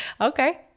Okay